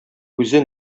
үзе